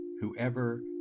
whoever